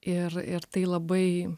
ir ir tai labai